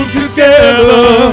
together